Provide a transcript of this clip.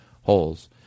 holes